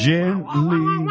Gently